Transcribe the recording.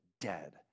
dead